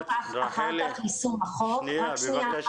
אחר כך יישום -- רחלי, שנייה, שנייה.